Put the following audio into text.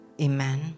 Amen